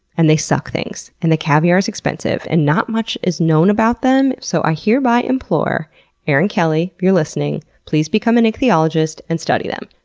and they suck things, and the caviar is expensive, and not much is known about them. so, i hereby implore erin kelly, if you're listening, please become an ichthyologist and study them.